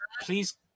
please